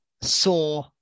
saw